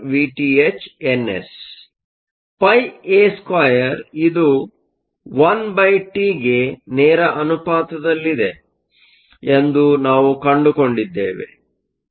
Πa2 ಇದು 1T ಗೆ ನೇರ ಅನುಪಾತದಲ್ಲಿರುತ್ತದೆ ಎಂದು ನಾವು ಕಂಡುಕೊಂಡಿದ್ದೇವೆ